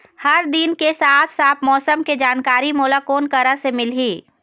हर दिन के साफ साफ मौसम के जानकारी मोला कोन करा से मिलही?